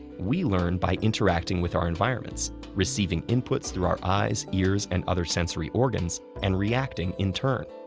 we learn by interacting with our environments receiving inputs through our eyes, ears, and other sensory organs, and reacting in turn.